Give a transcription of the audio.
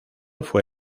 fue